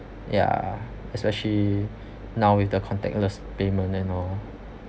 ya especially now with the contactless payment and all